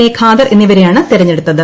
A Khader എന്നിവരെയാണ് തെരഞ്ഞെടുത്തത്